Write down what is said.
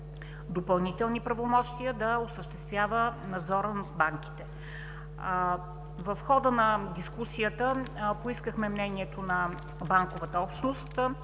допълнителни правомощия да осъществява надзора на банките. В хода на дискусията поискахме мнението на банковата общност.